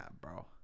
bro